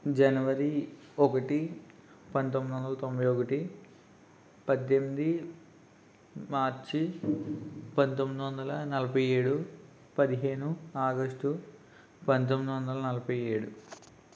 జనవరి ఒకటి పంతొమ్మిది వందల తొంభై ఒకటి పద్దెనిమిది మార్చి పంతొమ్మిది వందల నలభై ఏడు పదిహేను ఆగస్టు పంతొమ్మిది వందల నలఫై ఏడు